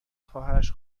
خواهرش